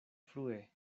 frue